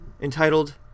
Entitled